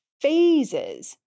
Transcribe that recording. phases